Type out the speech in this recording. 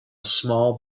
small